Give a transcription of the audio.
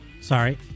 Sorry